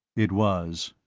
it was.